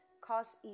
cause